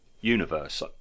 universe